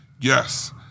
Yes